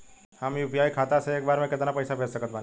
हम यू.पी.आई खाता से एक बेर म केतना पइसा भेज सकऽ तानि?